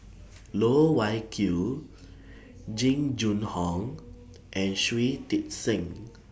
Loh Wai Kiew Jing Jun Hong and Shui Tit Sing